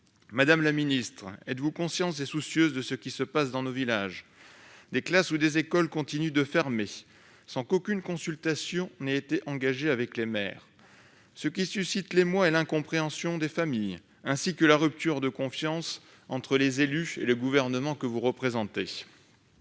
Madame la secrétaire d'État, êtes-vous consciente et soucieuse de ce qui se passe dans nos villages ? Des classes ou des écoles continuent de fermer sans qu'aucune consultation n'ait été engagée avec les maires. Cela suscite l'émoi et l'incompréhension des familles, ainsi qu'une rupture de confiance entre les élus et le Gouvernement que vous représentez.